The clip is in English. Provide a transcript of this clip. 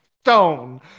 stone